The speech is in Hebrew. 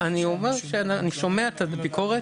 אני שומע את הביקורת,